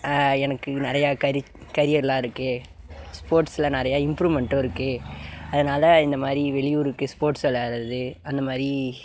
எனக்கு நிறையா கரி கரியர்லாம் இருக்குது ஸ்போர்ட்ஸில் நிறையா இம்ப்ரூவ்மெண்ட்டும் இருக்குது அதனால் இந்த மாதிரி வெளியூருக்கு ஸ்போர்ட்ஸ் விளையாடுறது அந்த மாதிரி